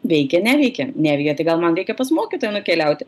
veikia neveikia neveikia tik gal man reikia pas mokytoją nukeliauti